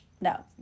no